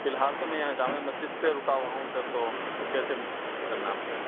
فی الحال تو میں یہاں جامعہ مسجد پہ رکا ہوا ہوں سر تو پھر کیسے کرنا ہے آپ سے